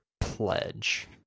Pledge